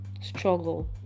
struggle